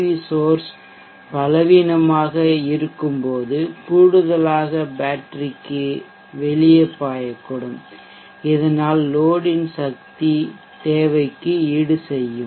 we source பலவீனமாக இருக்கும்போது கூடுதலாக பேட்டரிக்கு வெளியே பாயக்கூடும் இதனால் லோடின் சக்தி தேவைக்கு ஈடுசெய்யும்